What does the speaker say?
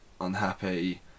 unhappy